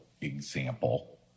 example